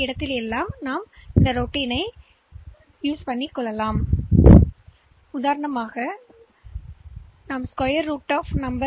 எடுத்துக்காட்டாகவிரும்புகிறேன் ப்ரோக்ராம்ன் வெவ்வேறு இடங்களில் எண்களின் ஸ்கொயர் ரூட் கணக்கிட